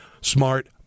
smart